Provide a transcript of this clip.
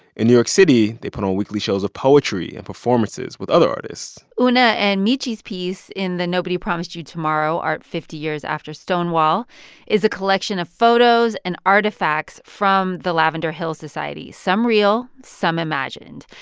in new york city, they put on weekly shows of poetry and performances with other artists una and michi's piece in the nobody promised you tomorrow art fifty years after stonewall is a collection of photos and artifacts from the lavender hill society, some real, some imagined.